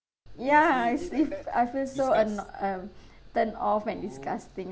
ya it's it's I feel so anno~ uh turned off and disgusting